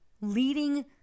leading